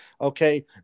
Okay